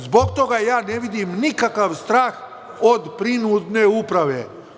Zbog toga ne vidim nikakav strah od prinudne uprave.